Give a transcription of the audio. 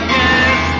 yes